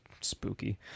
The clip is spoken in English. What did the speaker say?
spooky